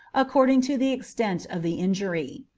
according to the extent of the injury.